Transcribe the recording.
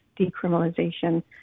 decriminalization